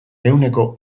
ehuneko